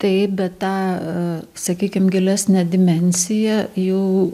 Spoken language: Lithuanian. taip bet tą sakykim gilesnę dimensiją jau